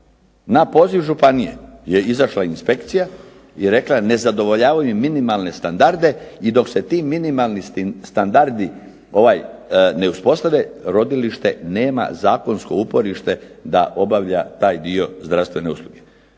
na poziv županije je izašla inspekcija i rekla je ne zadovoljavaju minimalne standarde i dok se ti minimalni standardi ne uspostave rodilište nema zakonsko uporište da obavlja taj dio zdravstvene usluge.